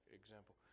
example